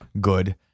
good